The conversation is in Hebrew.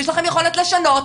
יש לכם יכולת לשנות,